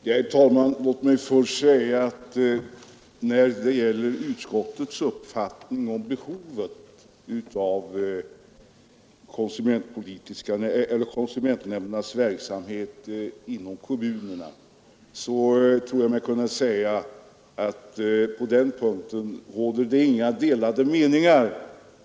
Herr talman! Vad först gäller behovet av konsumentnämndernas verksamhet inom kommunerna tror jag mig kunna säga att utskottsmajoriteten och reservanterna inte har några delade meningar.